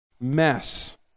mess